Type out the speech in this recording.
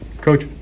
Coach